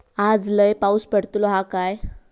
आज लय पाऊस पडतलो हा काय?